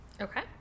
Okay